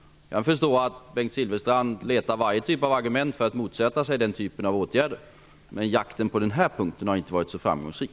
Jag förstår att Bengt Silfverstrand letar varje typ av argument för att motsätta sig den typen av åtgärder. Men jakten på den här punkten har inte varit så framgångsrik.